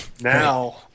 now